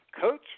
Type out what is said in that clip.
Coach